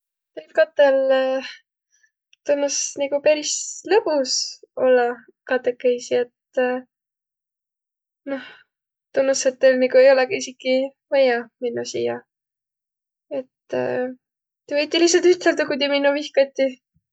Teil katõl tunnus nigu peris lõbus ollaq katõkeõsi, et noh tunnus, et teil nigu ei olõq esiki vajja minno siiäq, et tiiq võiti lihtsält üteldäq, ku tiiq minno vihkatiq.